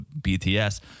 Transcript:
BTS